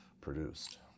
produced